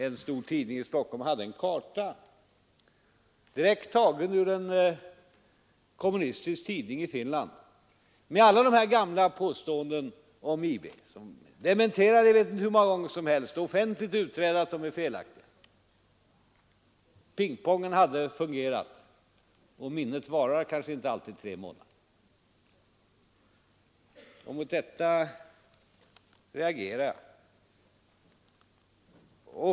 En stor tidning i Stockholm hade en karta, direkt tagen ur en kommunistisk tidning i Finland, med alla de här gamla påståendena om IB som har dementerats hur många gånger som helst; det är ju offentligt utrett att de är felaktiga. Pingpongen har fungerat. Minnet varar kanske inte alltid tre månader. Mot detta reagerar jag.